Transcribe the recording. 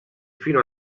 fino